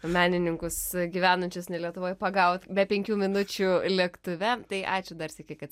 menininkus gyvenančius ne lietuvoj pagaut be penkių minučių lėktuve tai ačiū dar sykį kad